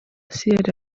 sierra